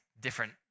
different